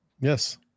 Yes